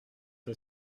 est